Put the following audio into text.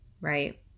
right